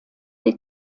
die